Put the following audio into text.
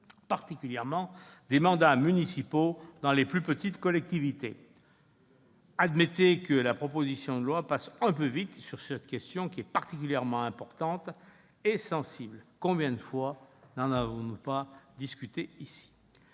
particulièrement des mandats municipaux dans les plus petites collectivités. Admettez, mes chers collègues, que la proposition de loi passe un peu vite sur cette question, particulièrement importante et sensible ! Combien de fois n'en avons-nous pourtant pas discuté ici ?